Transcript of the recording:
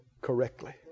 correctly